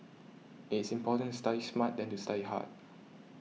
it is important study smart than to study hard